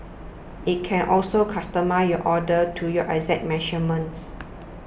it can also customise your order to your exact measurements